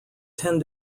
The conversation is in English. tend